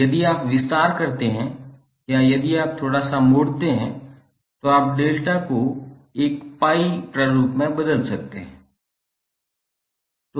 यदि आप विस्तार करते हैं या यदि आप थोड़ा सा मोड़ते हैं तो आप डेल्टा को एक पीआई प्रारूप में बदल सकते हैं